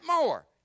more